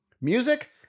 Music